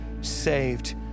saved